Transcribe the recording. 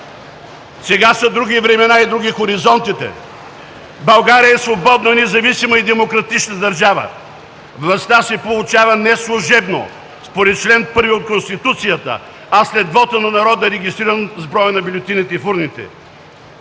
Сега са други времена и са други хоризонтите! България е свободна, независима и демократична държава. Властта се получава не служебно, според чл. 1 от Конституцията, а след вота на народа, регистриран с броя на бюлетините в урните.